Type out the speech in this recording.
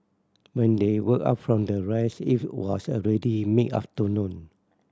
when they woke up from their rest it was already mid afternoon